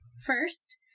First